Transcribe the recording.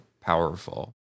powerful